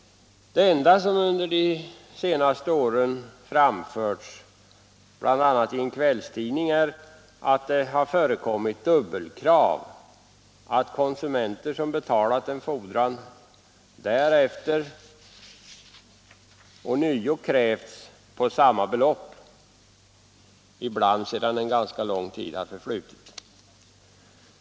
Det enda som under de senaste åren framförts, bl.a. i en kvällstidning, är att det har förekommit dubbelkrav, att konsumenter som betalat en fordran ånyo krävts på samma belopp, ibland sedan en ganska lång tid förflutit.